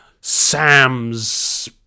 Sam's